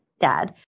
dad